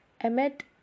Emmet